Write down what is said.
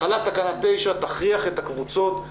החלת תקנה 9 תכריח את הקבוצות,